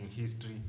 History